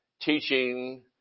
teaching